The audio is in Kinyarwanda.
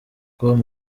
com